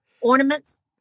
Ornaments